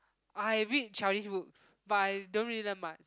I read childish books but I don't really learn much